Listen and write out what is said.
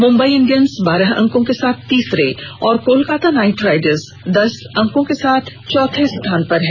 Mumbai Indians बारह अंकों के साथ तीसरे और कोलकाता नाइट राइडर्स दस अंकों के साथ चौथे स्थान पर है